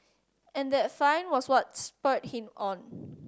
and that find was what spurred him on